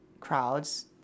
crowds